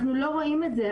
אנחנו לא רואים את זה.